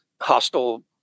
hostile